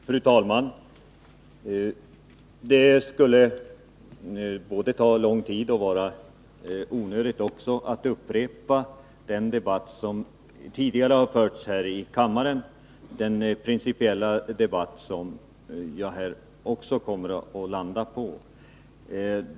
Fru talman! Det skulle både ta lång tid och vara onödigt att upprepa den debatt som tidigare förts här i kammaren, den principiella debatt som också jag kommer att landa på.